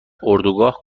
اردوگاه